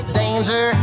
danger